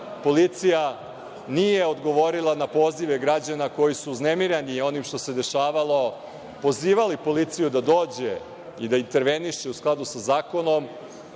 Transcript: policija nije odgovorila na pozive građana koji su uznemireni onim što se dešavalo, pozivali policiju da dođe i da interveniše u skladu sa zakonom,